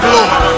Lord